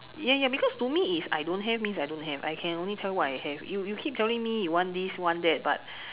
ya ya because to me is I don't have means I don't have I can only tell you what I have you you keep telling me you want this want that but